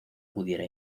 pudiera